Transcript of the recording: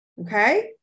Okay